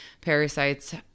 parasites